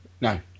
No